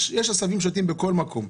יש עשבים שוטים בכל מקום.